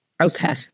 Okay